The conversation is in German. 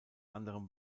anderem